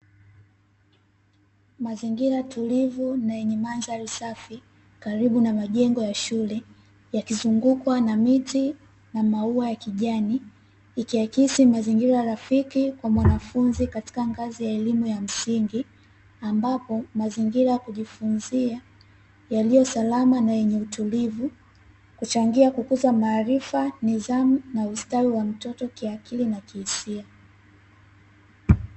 Mazingira tulivu na yenye mandhari safi, karibu na majengo ya shule, yakizungukwa na miti na maua ya kijani, ikiakisi mazingira rafiki kwa mwanafunzi katika ngazi ya elimu ya msingi, ambapo mazingira ya kujifunzia yaliyo salama na yenye utulivu, huchangia kukuza maarifa, nidhamu na ustawi wa mtoto kiakili na kihisia.